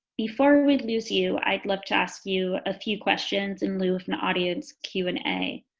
before we lose you i'd like to ask you a few questions in lieu of an audience q and a.